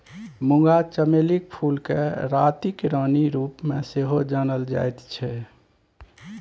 मूंगा चमेलीक फूलकेँ रातिक रानीक रूपमे सेहो जानल जाइत छै